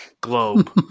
globe